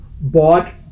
bought